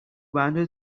wander